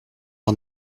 par